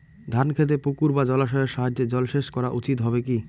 ধান খেতে পুকুর বা জলাশয়ের সাহায্যে জলসেচ করা উচিৎ হবে কি?